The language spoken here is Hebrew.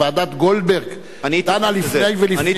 ועדת-גולדברג דנה לפני ולפנים,